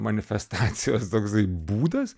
manifestacijos toksai būdas